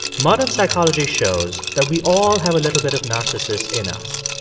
modern psychology shows that we all have a little bit of narcissus in us.